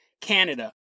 Canada